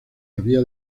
había